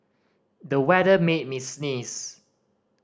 the weather made me sneeze